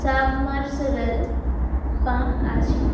submersible pump আছে